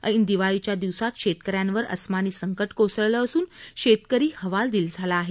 ऐन दिवाळीच्या दिवसांत शेतकऱ्यांवर अस्मानी संकट कोसळले असून शेतकरी हवालदिल झाला आहे